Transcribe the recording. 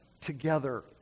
together